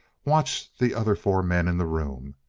watched the other four men in the room.